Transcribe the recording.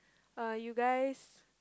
uh you guys